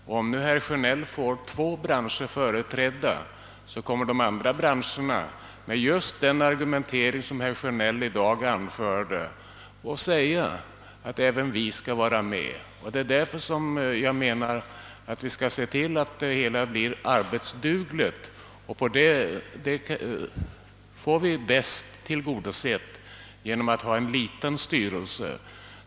Om herr Sjönell får två branscher företrädda, kommer de andra att med hans egen argumentering begära att även få vara med. Enligt min mening måste vi se till att styrelsen blir arbetsduglig, och detta önskemål får vi bäst tillgodosett genom att ha en liten styrelse.